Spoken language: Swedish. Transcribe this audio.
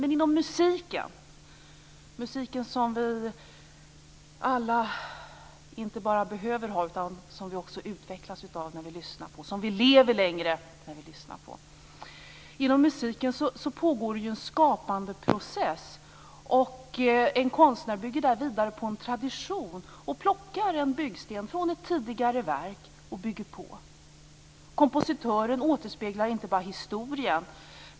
Men inom musiken - musiken som vi alla inte bara behöver ha utan som vi också utvecklas av när vi lyssnar på och som vi lever längre när vi lyssnar på - pågår ju en skapandeprocess. En konstnär bygger där vidare på en tradition och plockar en byggsten från ett tidigare verk och bygger på. Kompositören återspeglar inte bara historien.